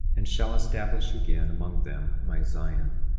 and shall establish again among them my zion